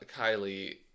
Kylie